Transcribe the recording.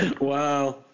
Wow